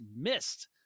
missed